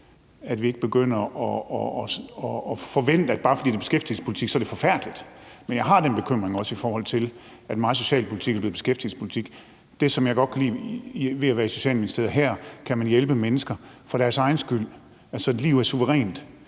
at vi ikke begynder at forvente, at bare fordi der er tale om beskæftigelsespolitik, så er det forfærdeligt. Men jeg har den bekymring, også i forhold til at meget socialpolitik er blevet beskæftigelsespolitik. Det, som jeg godt kan lide ved, at det her kommer fra Socialministeriet, er, at man her kan man hjælpe mennesker for deres egen skyld. Altså, et liv er suverænt.